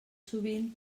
sovint